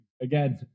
again